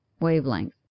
wavelength